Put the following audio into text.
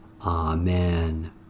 Amen